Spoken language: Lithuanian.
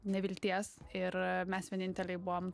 nevilties ir mes vieninteliai buvom